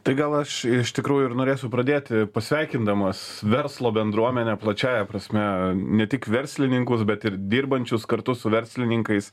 tai gal aš iš tikrųjų ir norėsiu pradėti pasveikindamas verslo bendruomenę plačiąja prasme ne tik verslininkus bet ir dirbančius kartu su verslininkais